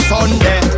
Sunday